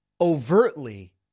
overtly